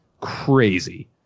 crazy